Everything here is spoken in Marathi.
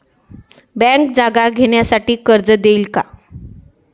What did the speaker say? बँक जागा घेण्यासाठी कर्ज देईल का?